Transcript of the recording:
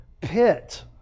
pit